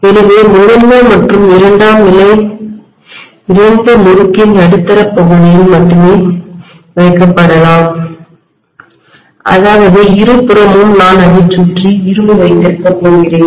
எனவே முதன்மை மற்றும் இரண்டாம் நிலை இரண்டும் முறுக்கின் நடுத்தர பகுதியில் மட்டுமே வைக்கப்படலாம் அதாவது இருபுறமும் நான் அதைச் சுற்றி இரும்பு வைத்திருக்கப் போகிறேன்